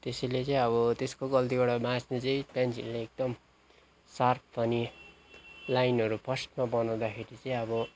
त्यसैले चाहिँ अब त्यसको गल्तीबाट बाँच्ने चाहिँ पेन्सिलले एकदम सार्प अनि लाइनहरू फर्स्टमा बनाउँदाखेरि चाहिँ अब